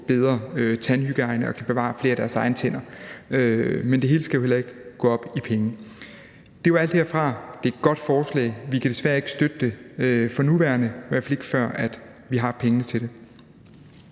bedre tandhygiejne og kan bevare flere af deres egne tænder? Men det hele skal heller ikke gå op i penge. Det var alt herfra. Det er et godt forslag. Socialdemokratiet kan desværre ikke støtte det for nuværende, i hvert fald ikke før vi har pengene til det.